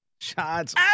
Shots